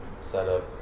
setup